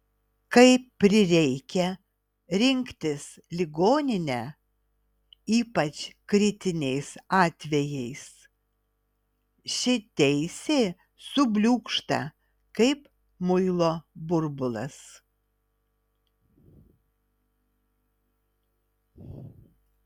kai prireikia rinktis ligoninę ypač kritiniais atvejais ši teisė subliūkšta kaip muilo burbulas